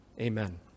Amen